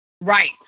Right